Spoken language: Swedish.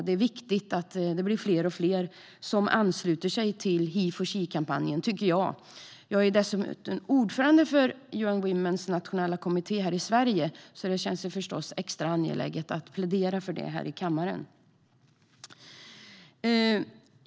Det är viktigt att fler och fler ansluter sig till Heforshe-kampanjen, tycker jag. Jag är dessutom ordförande för UN Womens nationella kommitté här i Sverige, så det känns förstås extra angeläget att plädera för detta här i kammaren.